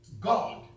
God